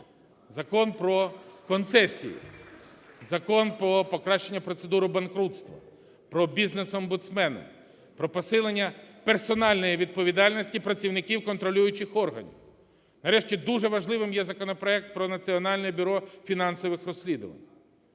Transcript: Закон "Про концесії", Закон про покращення процедури банкрутства, про бізнес-омбудсмена, про посилення персональної відповідальності працівників контролюючих органів. Нарешті, дуже важливим є законопроект про Національне бюро фінансових розслідувань.